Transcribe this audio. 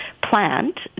plant